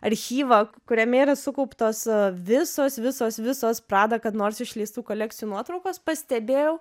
archyvą kuriame yra sukauptos visos visos visos prada kada nors išleistų kolekcijų nuotraukos pastebėjau